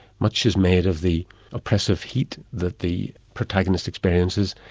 much is made of the oppressive heat that the protagonist experiences,